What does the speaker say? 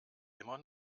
immer